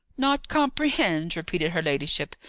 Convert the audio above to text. not comprehend! repeated her ladyship.